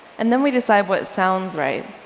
and then we decide what sounds right.